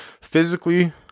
physically